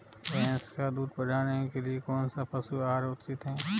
भैंस का दूध बढ़ाने के लिए कौनसा पशु आहार उचित है?